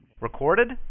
Recorded